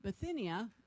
Bithynia